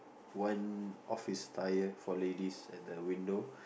one office attire for ladies at the window